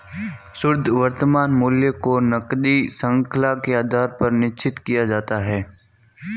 शुद्ध वर्तमान मूल्य को नकदी शृंखला के आधार पर निश्चित किया जाता है